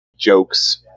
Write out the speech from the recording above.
jokes